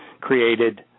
created